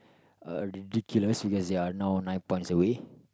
uh ridiculous because they are now nine points away